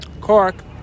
Cork